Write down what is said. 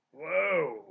Whoa